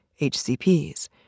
HCPs